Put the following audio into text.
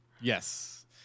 Yes